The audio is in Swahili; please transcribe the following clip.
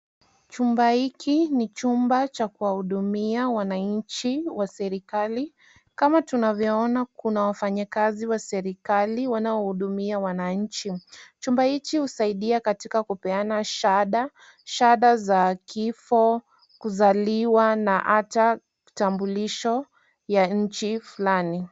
Chumba hiki ni chumba cha kuwahudumia wananchi wa serikali. Kama tunavyoona kuna wafanyikazi wa serikali wanaohudumia wananchi. Chumba hichi husaidia katika kupeana shahada; shahada za kifo, kuzaliwa na hata tambulisho ya nchi fulani.